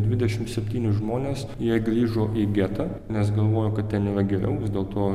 dvidešimt septyni žmonės jie grįžo į getą nes galvojo kad ten yra geriau vis dėlto